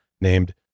named